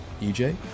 EJ